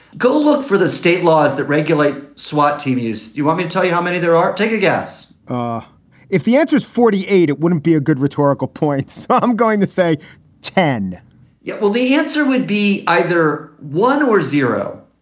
go look for the state laws that regulate swat teams. you want me to tell you how many there are? take a guess if the answer is forty eight, it wouldn't be a good rhetorical points. i'm going to say ten point yeah, well, the answer would be either one or zero.